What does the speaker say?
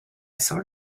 sort